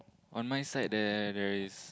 on my side there there is